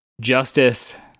justice